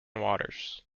waters